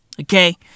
Okay